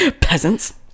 Peasants